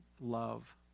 love